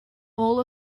all